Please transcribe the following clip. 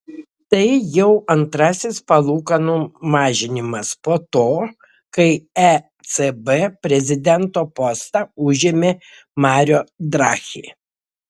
tai jau antrasis palūkanų mažinimas po to kai ecb prezidento postą užėmė mario draghi